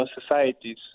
societies